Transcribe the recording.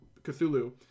cthulhu